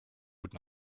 would